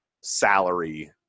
salary